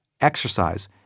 exercise